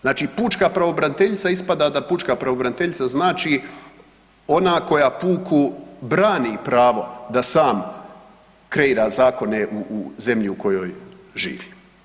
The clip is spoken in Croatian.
Znači Pučka pravobraniteljica, ispada da Pučka pravobraniteljica znači ona koja puku brani pravo da sam kreira zakone u zemlji u kojoj živi.